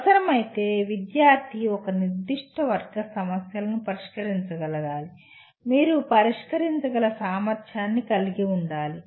అవసరమైతే విద్యార్థి ఒక నిర్దిష్ట వర్గ సమస్యలను పరిష్కరించగలగాలి మీరు పరిష్కరించగల సామర్థ్యాన్ని కలిగి ఉండాలి